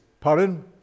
Pardon